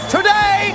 Today